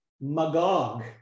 Magog